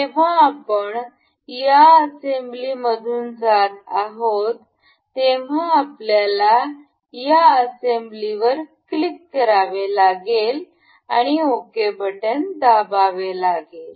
जेव्हा आपण या असेंब्लीमधून जात आहोत तेव्हा आपल्याला या असेंब्लीवर क्लिक करावे लागेल आणि ओके बटन दाबावे लागेल